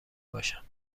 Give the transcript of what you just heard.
باشم